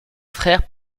frère